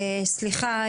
בבקשה.